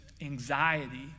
anxiety